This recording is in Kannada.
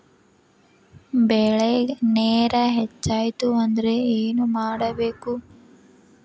ಬೆಳೇಗ್ ನೇರ ಹೆಚ್ಚಾಯ್ತು ಅಂದ್ರೆ ಏನು ಮಾಡಬೇಕು?